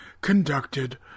conducted